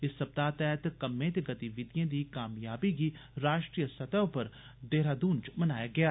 इस सप्ताह तैहत कम्मै ते गतिविधिएं दी कामयाबी गी राष्ट्रीय सतह पर देहरादून च मनाया गेआ